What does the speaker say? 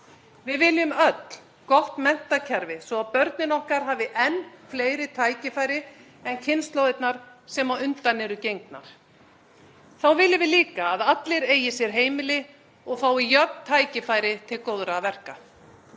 Við viljum öll gott menntakerfi svo börnin okkar hafi enn fleiri tækifæri en kynslóðirnar sem á undan eru gengnar. Þá viljum við líka að allir eigi sér heimili og fái jöfn tækifæri til góðra verka.